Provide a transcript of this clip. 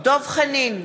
דב חנין,